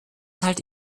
halte